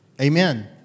amen